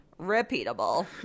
repeatable